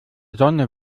sonne